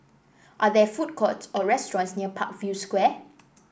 are there food courts or restaurants near Parkview Square